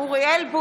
(קוראת בשמות חברי הכנסת) אוריאל בוסו,